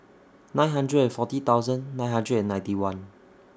nine hundred and forty thousand nine hundred and ninety one